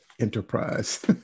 enterprise